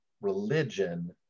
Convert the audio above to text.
religion